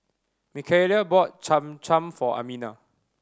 Mikaila bought Cham Cham for Amina